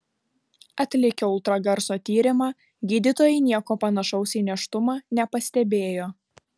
atlikę ultragarso tyrimą gydytojai nieko panašaus į nėštumą nepastebėjo